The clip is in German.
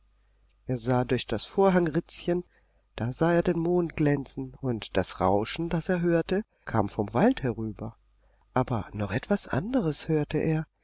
er sah durch das vorhangritzchen da sah er den mond glänzen und das rauschen das er hörte kam vom wald herüber aber noch etwas anderes hörte er